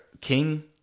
king